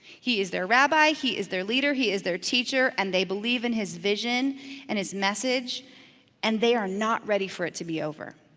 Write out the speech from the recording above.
he is their rabbi, he is their leader, he is their teacher, and they believe in his vision and his message and they are not ready for it to be over.